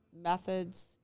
methods